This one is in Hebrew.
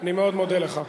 אני מאוד מודה לך.